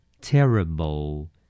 Terrible